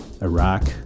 iraq